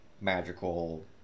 magical